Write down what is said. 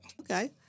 Okay